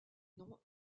nom